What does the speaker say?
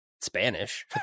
Spanish